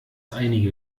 einige